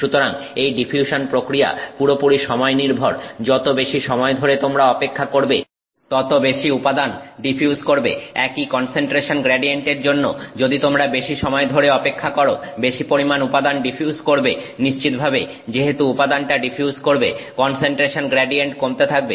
সুতরাং এই ডিফিউশন প্রক্রিয়া পুরোপুরি সময় নির্ভর যত বেশি সময় ধরে তোমরা অপেক্ষা করবে তত বেশি পরিমাণ উপাদান ডিফিউজ করবে একই কন্সেন্ট্রেশন গ্রেডিয়েন্ট এর জন্য যদি তোমরা বেশি সময় ধরে অপেক্ষা করো বেশি পরিমাণ উপাদান ডিফিউজ করবে নিশ্চিতভাবে যেহেতু উপাদানটা ডিফিউজ করবে কন্সেন্ট্রেশন গ্রেডিয়েন্ট কমতে থাকবে